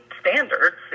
standards